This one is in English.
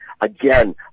again